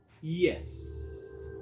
Yes